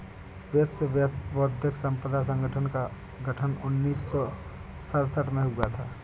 विश्व बौद्धिक संपदा संगठन का गठन उन्नीस सौ सड़सठ में हुआ था